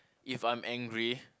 if I am angry